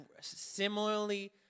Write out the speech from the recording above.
similarly